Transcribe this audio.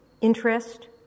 interest